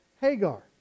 Hagar